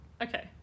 Okay